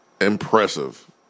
impressive